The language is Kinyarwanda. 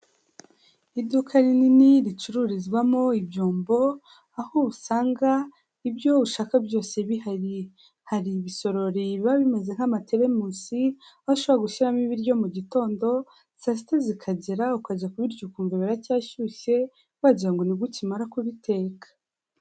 Iduka rinini ricururizwamo ibyombo, aho usanga ibyo ushaka byose bihari, hari ibisorori biba bimeze nk'amateremusi aho ashobora gushyiramo ibiryo mu gitondo saa sita zikagera ukajya kubirya ukumva biracyashyushye wagira ngo nibwo ukimara kubiteka.